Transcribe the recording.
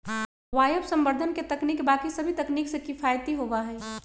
वायवसंवर्धन के तकनीक बाकि सभी तकनीक से किफ़ायती होबा हई